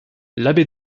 l’abbé